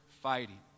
fighting